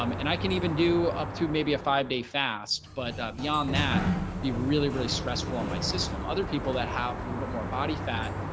um and i can even do up to maybe a five day fast but beyond that be really really stressful on my system. other people that have little bit more body fat.